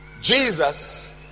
Jesus